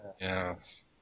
Yes